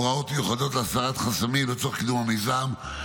הוראות מיוחדות להסרת חסמים לצורך קידום המיזם,